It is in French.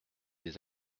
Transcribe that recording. des